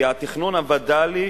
כי התכנון הווד"לי